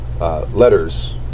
Letters